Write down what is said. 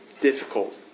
difficult